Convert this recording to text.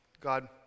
god